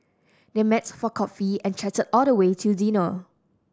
they met for coffee and chatted all the way till dinner